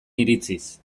iritziz